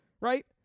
Right